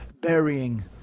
burying